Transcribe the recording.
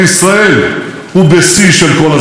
הישראלים אוהבים לנסוע לחו"ל,